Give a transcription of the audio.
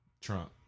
Trump